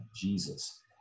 Jesus